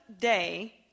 day